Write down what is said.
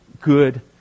good